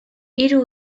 hiru